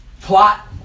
plot